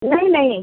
नहीं नहीं